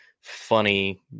funny